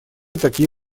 такие